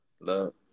Love